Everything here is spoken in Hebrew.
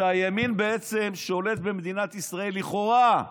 שהימין בעצם שולט במדינת ישראל, לכאורה,